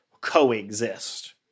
coexist